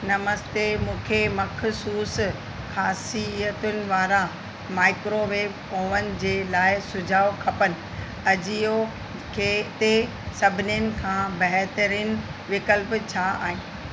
नमस्ते मूंखे मख़सूसु खासियतुनि वारा माइक्रोवेव ओवन जे लाइ सुझाव खपनि अजियो खे ते सभिनीनि खां बहितरीन विकल्प छा आहिनि